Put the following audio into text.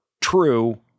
true